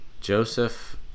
Joseph